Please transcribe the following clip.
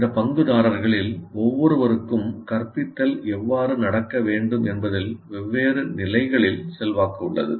இந்த பங்குதாரர்களில் ஒவ்வொருவருக்கும் கற்பித்தல் எவ்வாறு நடக்க வேண்டும் என்பதில் வெவ்வேறு நிலைகளில் செல்வாக்கு உள்ளது